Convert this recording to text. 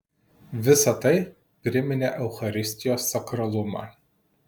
visa tai priminė eucharistijos sakralumą